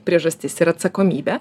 priežastis ir atsakomybė